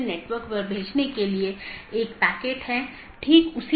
network layer reachability की जानकारी की एक अवधारणा है